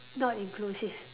not inclusive